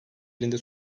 elinde